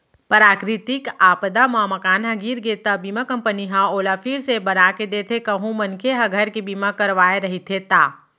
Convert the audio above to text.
पराकरितिक आपदा म मकान ह गिर गे त बीमा कंपनी ह ओला फिर से बनाके देथे कहूं मनखे ह घर के बीमा करवाय रहिथे ता